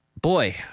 boy